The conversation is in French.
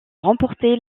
remporté